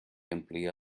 amplia